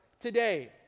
today